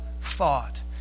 thought